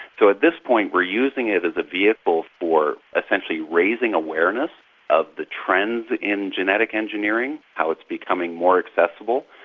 so at this point we're using it as a vehicle for essentially raising awareness of the trends in genetic engineering how it's becoming more accessible.